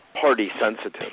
party-sensitive